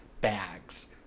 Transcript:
bags